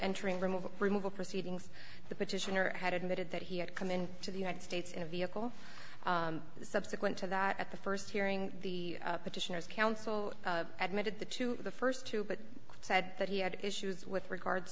entering removal removal proceedings the petitioner had admitted that he had come in to the united states in a vehicle subsequent to that at the st hearing the petitioners counsel admitted the to the st two but said that he had issues with regard